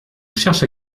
cherche